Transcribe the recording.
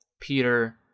peter